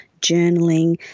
journaling